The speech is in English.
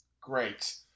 Great